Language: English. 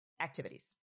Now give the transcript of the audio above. activities